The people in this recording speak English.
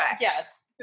Yes